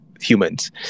humans